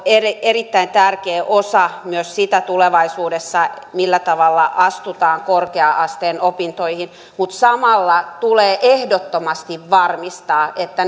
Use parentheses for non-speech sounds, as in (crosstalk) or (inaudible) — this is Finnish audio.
erittäin tärkeä osa myös siinä tulevaisuudessa millä tavalla astutaan korkea asteen opintoihin mutta samalla tulee ehdottomasti varmistaa että (unintelligible)